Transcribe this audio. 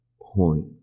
point